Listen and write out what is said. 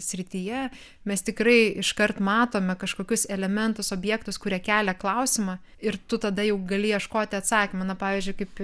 srityje mes tikrai iškart matome kažkokius elementus objektus kurie kelia klausimą ir tu tada jau gali ieškoti atsakymo na pavyzdžiui kaip